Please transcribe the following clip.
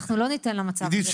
אנחנו לא ניתן למצב הזה להישאר ככה.